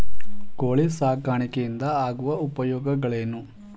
ಕೋಳಿ ಸಾಕಾಣಿಕೆಯಿಂದ ಆಗುವ ಉಪಯೋಗಗಳೇನು?